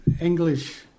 English